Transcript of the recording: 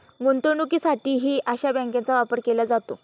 गुंतवणुकीसाठीही अशा बँकांचा वापर केला जातो